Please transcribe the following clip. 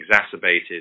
exacerbated